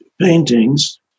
paintings